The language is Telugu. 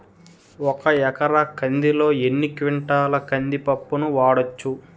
ఒక ఎకర కందిలో ఎన్ని క్వింటాల కంది పప్పును వాడచ్చు?